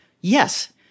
yes